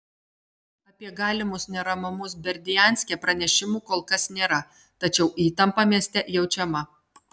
apie galimus neramumus berdianske pranešimų kol kas nėra tačiau įtampa mieste jaučiama